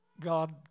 God